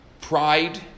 Pride